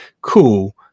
Cool